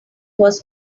was